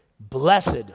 Blessed